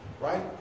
Right